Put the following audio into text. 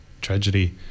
tragedy